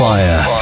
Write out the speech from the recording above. Fire